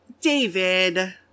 David